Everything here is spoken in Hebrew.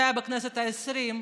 זה היה בכנסת העשרים.